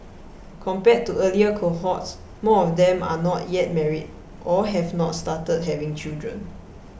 compared to earlier cohorts more of them are not yet married or have not started having children